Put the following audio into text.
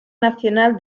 nacional